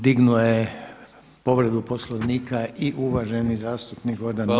Dignuo je povredu Poslovnika i uvaženi zastupnik Gordan Maras.